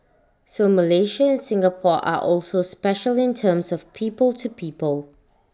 so Malaysia and Singapore are also special in terms of people to people